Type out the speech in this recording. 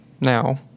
now